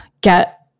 get